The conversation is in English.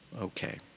Okay